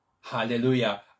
Hallelujah